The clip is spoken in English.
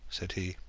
said he.